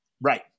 Right